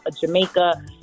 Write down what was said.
Jamaica